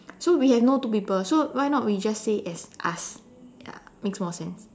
so we have no two people so why not we just say as us ya makes more sense